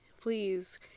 please